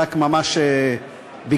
רק ממש בקצרה,